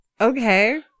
Okay